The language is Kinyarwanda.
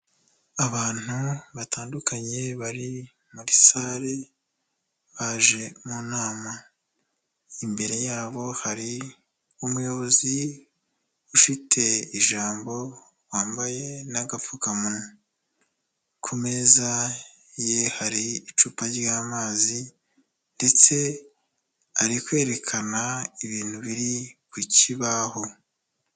Abantu batandukanye bari muri sare baje mu nama, imbere yabo hari umuyobozi ufite ijambo, wambaye n'agapfukamunwa, ku meza ye hari icupa ry'amazi ndetse ari kwerekana ibintu biri ku kibaho.